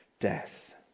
Death